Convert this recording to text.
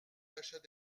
d’achat